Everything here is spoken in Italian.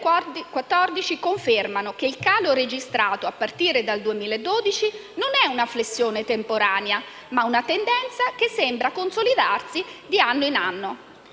2014 confermano che il calo registrato a partire dal 2012 non è una flessione temporanea, ma una tendenza che sembra consolidarsi di anno in anno.